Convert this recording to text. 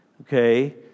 Okay